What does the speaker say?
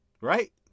Right